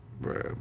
bro